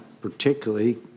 particularly